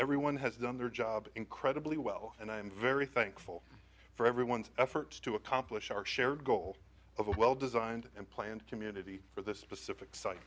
everyone has done their job incredibly well and i'm very thankful for everyone's efforts to accomplish our shared goal of a well designed and planned community for this specific